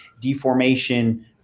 deformation